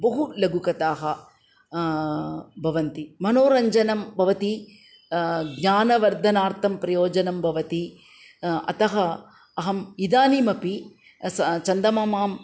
बहु लघुकथाः भवन्ति मनोरञ्जनं भवति ज्ञानवर्धनार्थं प्रयोजनं भवति अतः अहम् इदानीमपि स चन्दमामा